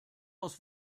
aus